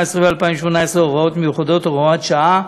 ו-2018 (הוראות מיוחדות) (הוראת שעה),